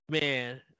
man